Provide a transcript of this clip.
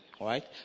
right